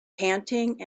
panting